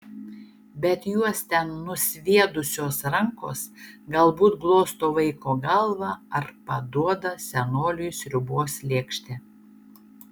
bet juos ten nusviedusios rankos galbūt glosto vaiko galvą ar paduoda senoliui sriubos lėkštę